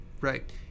Right